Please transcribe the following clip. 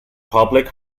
public